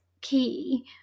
key